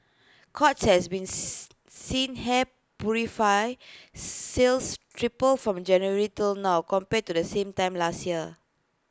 courts has beans seen hair purifier sales triple from January till now compared to the same time last year